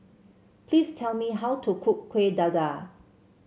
please tell me how to cook Kueh Dadar